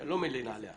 שאני לא מלין עליה,